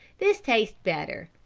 this tastes better,